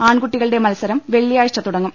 ആൺകുട്ടികളുടെ മത്സരം വെള്ളി യാഴ്ച തുടങ്ങും